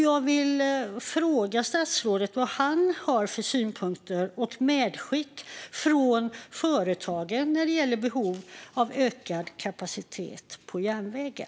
Jag vill fråga statsrådet vad han har fått för synpunkter och medskick från företagen när det gäller behovet av ökad kapacitet på järnvägen.